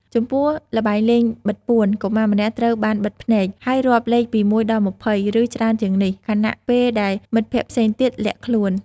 ចំពោះ ល្បែងលេងបិទពួន កុមារម្នាក់ត្រូវបានបិទភ្នែក ហើយរាប់លេខពី ១ ដល់ ២០ ឬច្រើនជាងនេះ ខណៈពេលដែលមិត្តភក្តិផ្សេងទៀតលាក់ខ្លួន ។